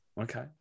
Okay